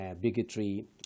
bigotry